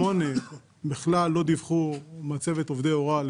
8 בכלל לא דיווחו על מצבת עובדי הוראה.